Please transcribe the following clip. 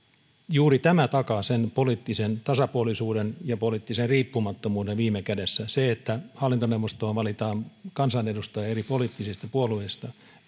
juuri tämä takaa sen poliittisen tasapuolisuuden ja poliittisen riippumattomuuden viime kädessä se että hallintoneuvostoon valitaan kansanedustajia eri poliittisista puolueista